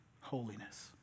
Holiness